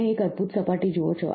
તમે એક અદ્ભુત સપાટી જુઓ છો